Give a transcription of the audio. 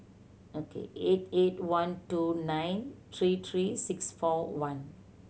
Ok eight eight one two nine three three six four one